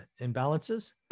imbalances